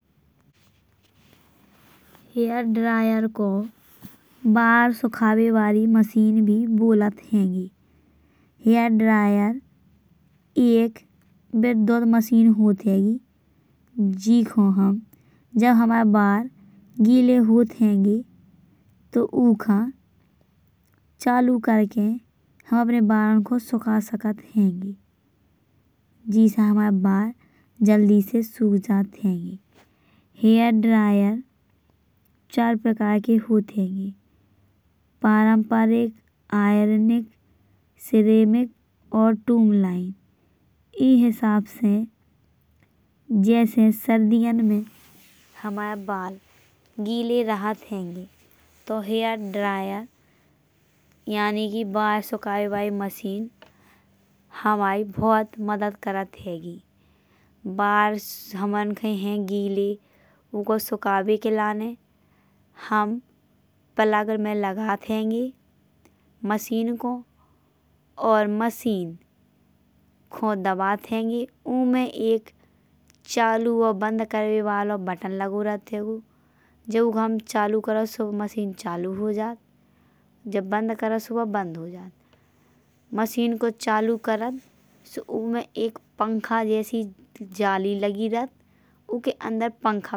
हेयरड्रायर को बार सुखावे वाली मशीन भी बोलत हैंगे। हेयरड्रायर एक विद्युत मशीन होत हैंगी। जीखो हम जब हमारे बार गीले होत हैंगे तो ओकर चालू करके हम अपने बारन को सूखा सकत हैंगे। जेसे हमारे बार जल्दी से सूख जात हैंगे। हेयरड्रायर चार प्रकार के होत हैंगे। परंपरिक, आयोनिक, सिरैमिक और टूललाइन। ई हिसाब से जैसे सर्दियन में हमारे बार गीले रहत हैंगे तो हेयरड्रायर यानी कि बार सुखाये वाली मशीन हमारी बहुत मदद करत हैंगी। बार हमन के हैं गीले ओकर सुखावे के लाने हम प्लग में लगात हैंगे मशीन को और मशीन को दबात हैंगे ओमें एक चालू और बंद करावे वाळो बटन लागो रहत हैंगो। जब ओका हम चालू करत सो ओ मशीन चालू हो जात जब बंद करत सो बो बंद हो जात। मशीन को चालू करत सो ओमे एक पंखा जैसी जाली लगी रहत ओकर अंदर पंखा लागो होत।